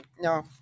no